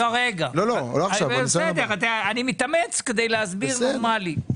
בסדר, אני מתאמץ כדי להסביר נורמלי.